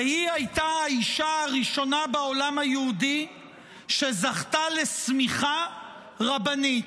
והיא הייתה האישה הראשונה בעולם היהודי שזכתה לסמיכה רבנית.